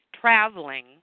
traveling